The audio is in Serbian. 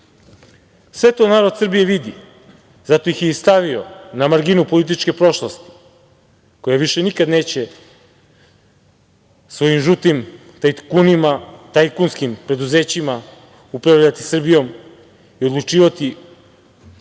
to narod Srbije vidi zato ih je i stavio na marginu političke prošlosti koja više nikada neće svojim žutim tajkunima, tajkunskim preduzećima upravljati Srbijom i odlučivati o